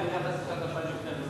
נדרשות התאמות תקציביות משמעותיות